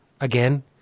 again